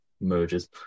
merges